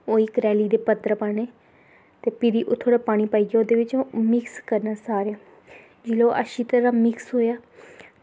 ओह् करेली दे पत्तर पाने ते एह् थोह्ड़ा जेहा पानी पाइयै मिक्स करना थोह्ड़ा जेहा जेल्लै अच्छी तरहां मिक्स होआ